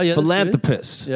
Philanthropist